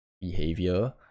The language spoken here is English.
behavior